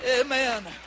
Amen